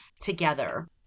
together